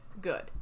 good